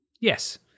Yes